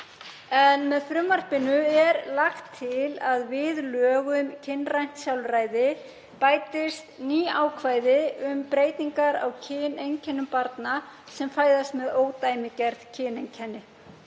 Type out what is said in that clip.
Með frumvarpinu er lagt til að við lög um kynrænt sjálfræði bætist ný ákvæði um breytingar á kyneinkennum barna sem fæðast með ódæmigerð kyneinkenni.